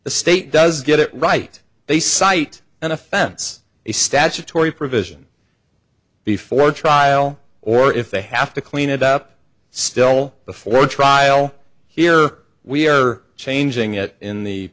the state does get it right they cite an offense a statutory provision before trial or if they have to clean it up still before trial here we are changing it in the